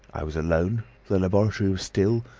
i was alone the laboratory was still,